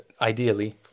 ideally